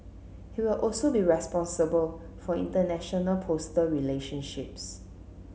he will also be responsible for international postal relationships